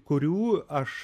kurių aš